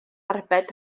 arbed